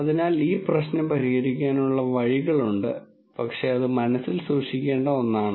അതിനാൽ ഈ പ്രശ്നം പരിഹരിക്കാനുള്ള വഴികളുണ്ട് പക്ഷേ അത് മനസ്സിൽ സൂക്ഷിക്കേണ്ട ഒന്നാണ്